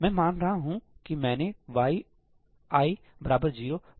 मैं मान रहा हूं कि मैंने yi 0 बाहर इनिशियलाइज़ किया है